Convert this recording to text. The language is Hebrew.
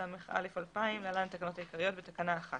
התשס"א-2000 (להלן התקנות העיקריות), בתקנה 1